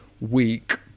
week